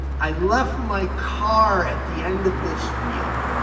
i left my car at the end of this field.